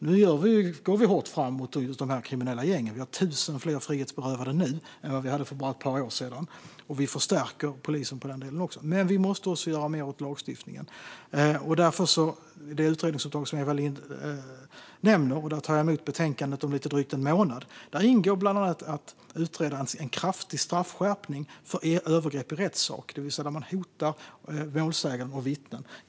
Nu går vi hårt fram mot de kriminella gängen. Vi har 1 000 fler frihetsberövade nu än vad vi hade för bara ett par år sedan, och vi förstärker polisen även i denna del. Men vi måste också göra mer åt lagstiftningen. I det utredningsuppdrag som Eva Lindh nämnde - jag tar emot betänkandet om lite drygt en månad - ingår bland annat att utreda en kraftig straffskärpning för övergrepp i rättssak, det vill säga för att hota målsägande och vittnen.